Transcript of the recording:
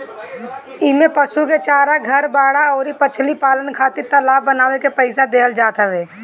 इमें पशु के चारा, घर, बाड़ा अउरी मछरी पालन खातिर तालाब बानवे के पईसा देहल जात हवे